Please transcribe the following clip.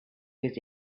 was